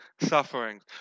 sufferings